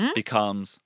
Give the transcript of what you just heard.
becomes